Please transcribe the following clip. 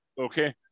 okay